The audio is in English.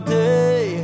day